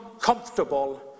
comfortable